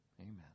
Amen